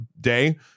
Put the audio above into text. day